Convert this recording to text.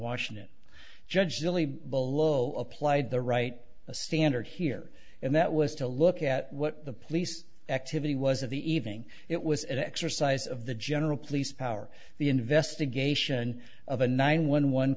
washington judged silly below applied the right a standard here and that was to look at what the police activity was of the evening it was an exercise of the general police power the investigation of a nine one one